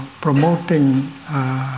Promoting